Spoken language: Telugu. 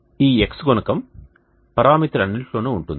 ఈ x గుణకం పరామితులన్నింటిలో ఉంటుంది